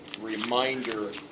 reminder